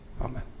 Amen